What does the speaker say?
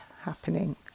happening